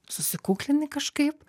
susikuklini kažkaip